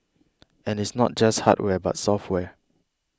and it's not just hardware but software